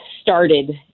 started